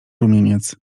rumieniec